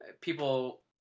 People